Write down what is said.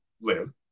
live